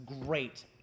great